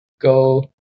go